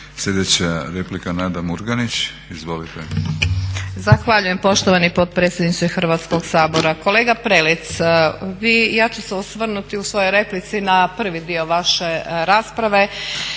Sljedeća replika Nada Murganić, izvolite.